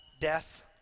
death